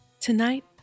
Tonight